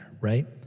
right